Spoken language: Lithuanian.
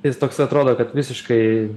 jis toksai atrodo kad visiškai